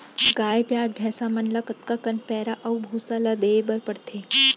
गाय ब्याज भैसा मन ल कतका कन पैरा अऊ भूसा ल देये बर पढ़थे?